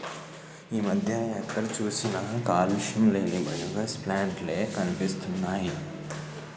ఈ మధ్య ఎక్కడ చూసినా కాలుష్యం లేని బయోగాస్ ప్లాంట్ లే కనిపిస్తున్నాయ్